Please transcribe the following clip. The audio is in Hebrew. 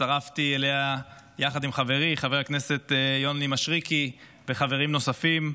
שהצטרפתי אליה יחד עם חברי חבר הכנסת יוני מישרקי וחברים נוספים,